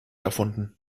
erfunden